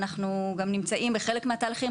אנחנו גם נמצאים בחלק מהתהליכים,